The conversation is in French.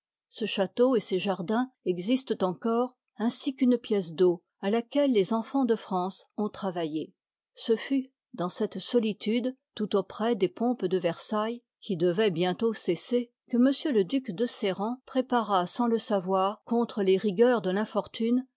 deses jardins existent encore ainsi qu'une f piece a eau a laquelle les enfans de france riomm ord des ont travadle rois de france ce fut dans cette sohtude tout auprès des pompes de versailles qui dévoient bientôt cesser que m le duc de sérent pré t para sans le savoir contre les rigueurs de